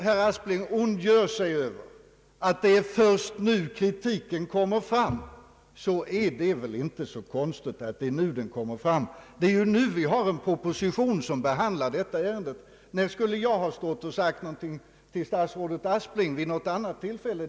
Herr Aspling ondgör sig över att kritiken först nu kommer fram. Det är väl inte konstigt att så är förhållandet. Det är ju nu vi har en proposition som behandlar detta ärende. När skulle jag ha sagt något till statsrådet Aspling vid något annat tillfälle?